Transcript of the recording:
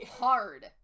hard